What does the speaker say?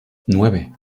nueve